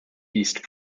east